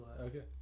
Okay